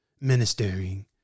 ministering